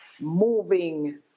moving